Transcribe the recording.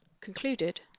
concluded